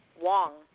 Wong